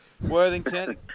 Worthington